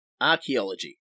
archaeology